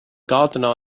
gardener